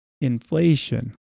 inflation